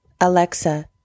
Alexa